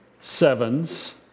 sevens